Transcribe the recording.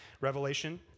Revelation